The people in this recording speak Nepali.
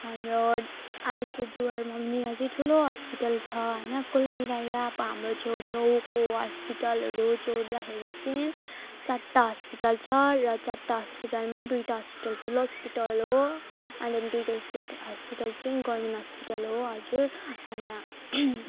हाम्रो आलिपुरद्वारमा पनि अझै ठुलो हस्पिटल छ होइन कुल मिलाएर अब हाम्रो छेउछेउको हस्पिटलहरू जोड्दाखेरि चाहिँ चारवटा हस्पिटल छ र चारवटा हस्पिटलमा दुइटा हस्पिटल ठुलो हस्पिटल हो अनि अनि दुइटा हस्पिटल चाहिँ गभर्मेन्ट हस्पिटल हो हजुर अन्त